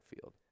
field